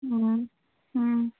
ꯎꯝ ꯎꯝ